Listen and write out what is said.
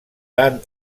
tant